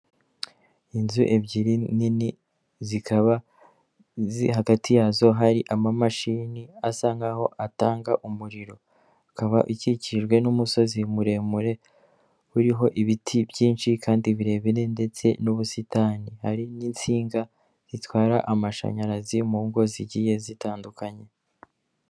Inzu ebyiri nini zikaba zi hagati yazo hari amamashini asa nk'aho atanga umuriro ikaba ikikijwe n'umusozi muremure uriho ibiti byinshi kandi birebire ndetse n'ubusitani hari n'insinga zitwara amashanyarazi mu ngo zigiye zitandukanye.